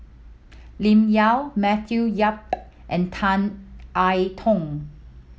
Lim Yau Matthew Yap and Tan I Tong